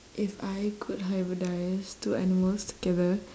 if I could hybridise two animals together